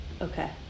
Okay